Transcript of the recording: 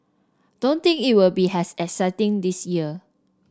don't think it will be as exciting this year